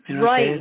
Right